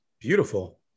beautiful